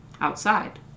outside